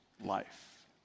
life